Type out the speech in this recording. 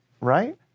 right